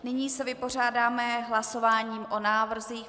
Nyní se vypořádáme hlasováním o návrzích.